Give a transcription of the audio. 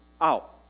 out